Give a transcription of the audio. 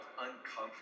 uncomfortable